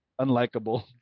unlikable